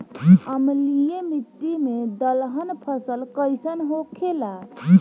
अम्लीय मिट्टी मे दलहन फसल कइसन होखेला?